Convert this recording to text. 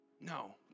No